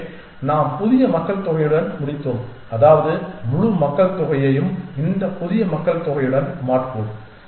எனவே நாம் புதிய மக்கள்தொகையுடன் முடித்தோம் அதாவது முழு மக்கள்தொகையையும் இந்த புதிய மக்கள்தொகையுடன் மாற்றுவோம்